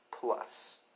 plus